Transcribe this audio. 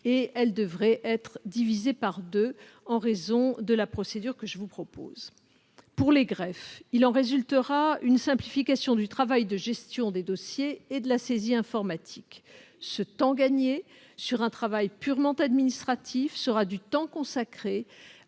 ; elle devrait être divisée par deux grâce à la procédure que je vous propose. Pour les greffes, il en résultera une simplification du travail de gestion des dossiers et de la saisie informatique. Ce temps gagné sur un travail purement administratif sera du temps consacré